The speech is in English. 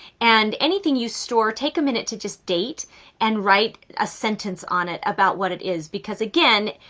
and anything you store, take a minute to just date and write a sentence on it about what it is. because again,